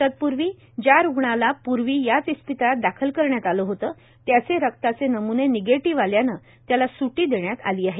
तत्पूर्वी ज्या रूग्णाला पूर्वी याच इस्पितळात दाखल करण्यात आलं होतं त्याचे रक्ताचे नमूने निगेटिव्ह आल्यानं त्याला सूटी देण्यात आली आहे